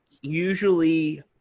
usually